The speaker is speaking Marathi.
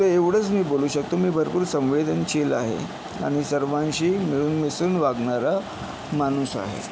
तर एवढंच मी बोलू शकतो मी भरपूर संवेदनशील आहे आणि सर्वांशी मिळून मिसळून वागणारा माणूस आहे